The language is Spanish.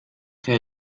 que